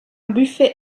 buffet